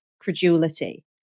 credulity